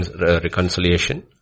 reconciliation